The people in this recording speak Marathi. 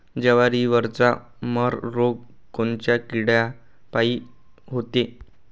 जवारीवरचा मर रोग कोनच्या किड्यापायी होते?